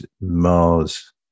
mars